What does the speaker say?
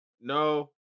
No